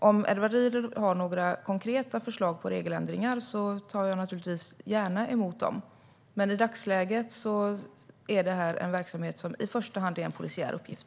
Om Edward Riedl har några konkreta förslag på regeländringar tar jag naturligtvis gärna emot dem, men i dagsläget är detta en verksamhet som i första hand är en polisiär uppgift.